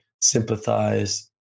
sympathize